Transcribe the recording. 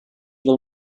will